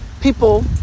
people